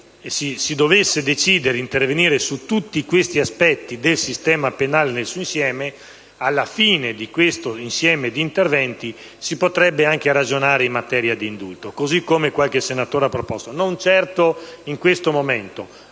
se si dovesse decidere di intervenire su tutti questi aspetti del sistema penale nel suo insieme, alla fine si potrebbe anche ragionare in materia di indulto, come qualche senatore ha proposto; non certo in questo momento